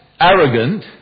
arrogant